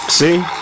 See